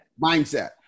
Mindset